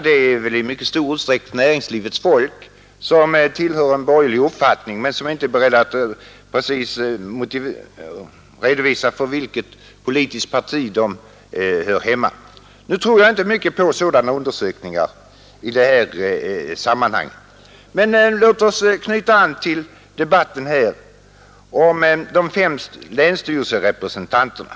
Det är väl i stor utsträckning näringslivets folk, som har en borgerlig uppfattning men som inte är beredda att redovisa vilket politiskt parti de hör hemma & Nu tror jag inte mycket på sådana undersökningar, men låt oss knyta an till debatten här om de fem länsstyrelserepresentanterna.